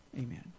Amen